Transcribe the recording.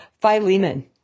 Philemon